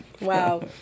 Wow